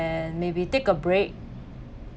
and maybe take a break